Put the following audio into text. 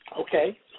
Okay